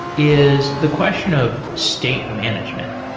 is the question of state management.